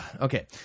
Okay